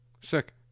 Sick